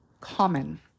common